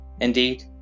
Indeed